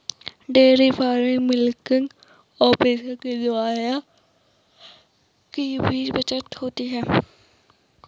dairy farming milking operation के द्वारा समय की भी बचत होती है